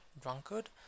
drunkard